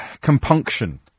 compunction